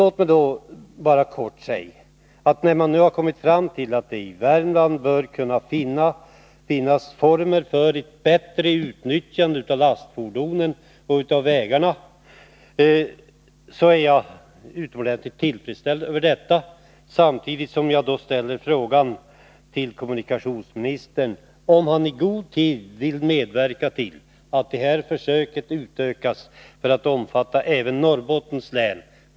Låt mig helt kort säga att när man nu kommit fram till att det i Värmland bör kunna finnas former för ett bättre utnyttjande av lastfordonen och vägarna, så anser jag det utomordentligt tillfredsställande, samtidigt som jag vill fråga kommunikationsministern, om han i god tid vill medverka till att de försöken utvidgas till att nästa vinter omfatta även Norrbottens län.